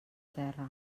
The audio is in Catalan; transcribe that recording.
terra